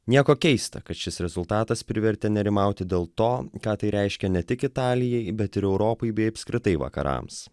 nieko keista kad šis rezultatas privertė nerimauti dėl to ką tai reiškia ne tik italijai bet ir europai bei apskritai vakarams